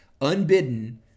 unbidden